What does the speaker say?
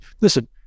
listen